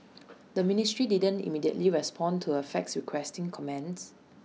the ministry didn't immediately respond to A fax requesting comments